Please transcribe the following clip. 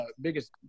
biggest